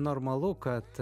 normalu kad